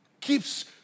keeps